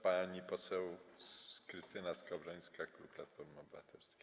Pani poseł Krystyna Skowrońska, klub Platformy Obywatelskiej.